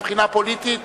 מבחינה פוליטית,